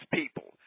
people